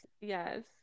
Yes